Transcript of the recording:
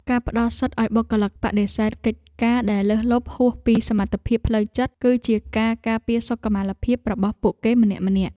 ការផ្តល់សិទ្ធិឱ្យបុគ្គលិកបដិសេធកិច្ចការដែលលើសលប់ហួសពីសមត្ថភាពផ្លូវចិត្ត គឺជាការការពារសុខុមាលភាពរបស់ពួកគេម្នាក់ៗ។